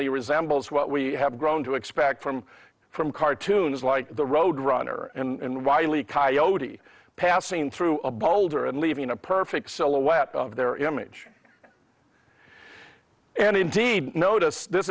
y resembles what we have grown to expect from from cartoons like the roadrunner and wiley coyote passing through a boulder and leaving a perfect silhouette of their image and indeed notice this